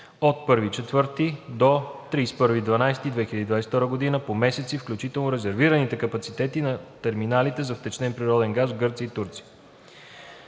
до 31 декември 2022 г. по месеци, включително резервираните капацитети на терминалите за втечнен природен газ в Гърция и Турция.